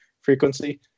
frequency